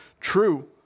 true